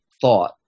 thought